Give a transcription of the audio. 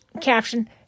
caption